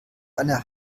eine